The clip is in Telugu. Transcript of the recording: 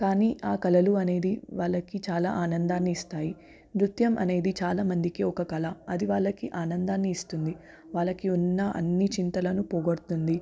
కానీ ఆ కలలు అనేది వాళ్ళకి చాలా ఆనందాన్ని ఇస్తాయి నృత్యం అనేది చాలా మందికి ఒక కల అది వాళ్ళకి ఆనందాన్ని ఇస్తుంది వాళ్ళకి ఉన్న అన్ని చింతలనూ పోగొడుతుంది